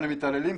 למתעללים.